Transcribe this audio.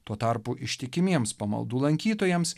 tuo tarpu ištikimiems pamaldų lankytojams